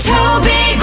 Toby